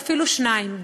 ואפילו שניים,